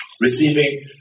Receiving